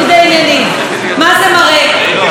כמה אתם חפיפניקים,